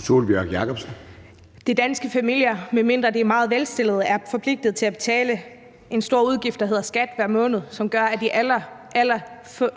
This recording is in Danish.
Sólbjørg Jakobsen (LA): De danske familier er, medmindre de er meget velstillede, forpligtet til at betale en meget stor udgift hver måned, der hedder skat, hvilket gør, at få